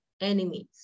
enemies